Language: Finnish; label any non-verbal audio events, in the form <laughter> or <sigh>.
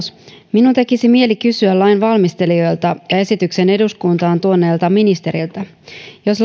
minun tekisi mieli kysyä lain valmistelijoilta ja esityksen eduskuntaan tuoneelta ministeriltä jos <unintelligible>